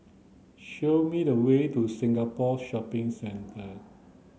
show me the way to Singapore Shopping Centre